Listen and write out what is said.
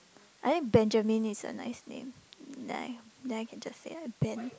I think Benjamin is a nice name mm ya then I can just say like Ben